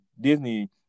Disney